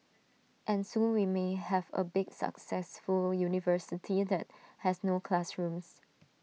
and soon we may have A big successful university that has no classrooms